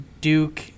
Duke